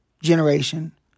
generation